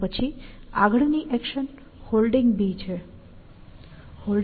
પછી આગળની action Holding છે